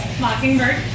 Mockingbird